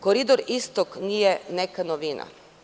Koridor Istok nije neka novina.